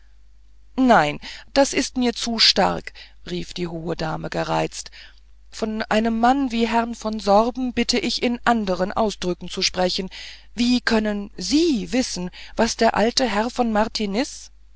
nein das wird mir zu stark rief die hohe dame gereizt von einem mann wie herr von sorben bitte ich in andern ausdrücken zu sprechen wie können sie wissen was der alte herr von